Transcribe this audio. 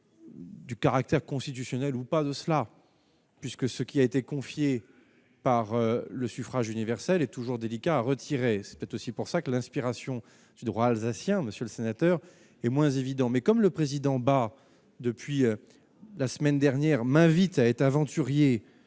Du caractère constitutionnel ou pas de cela, puisque ce qui a été confiée par le suffrage universel est toujours délicat à retirer, c'est aussi pour ça que l'inspiration du droit alsacien, monsieur le sénateur est moins évident mais, comme le président bat depuis la semaine dernière m'invite à être aventurier